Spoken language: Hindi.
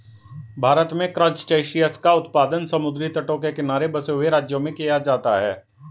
भारत में क्रासटेशियंस का उत्पादन समुद्री तटों के किनारे बसे हुए राज्यों में किया जाता है